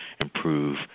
improve